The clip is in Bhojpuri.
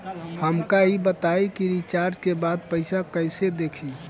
हमका ई बताई कि रिचार्ज के बाद पइसा कईसे देखी?